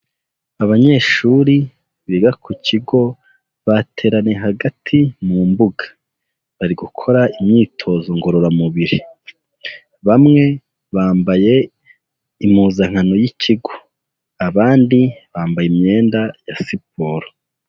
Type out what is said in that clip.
Abanyeshuri biga ku kigo bateraniye hagati mu mbuga, bari gukora imyitozo ngororamubiri, bamwe bambaye impuzankano y'ikigo, abandi bambaye imyenda ya siporo.